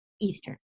Eastern